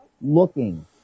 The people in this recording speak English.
looking